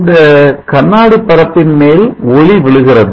இந்த கண்ணாடி பரப்பின் மேல் ஒளி விழுகிறது